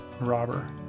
robber